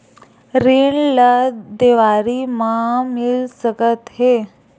ऋण ला देवारी मा मिल सकत हे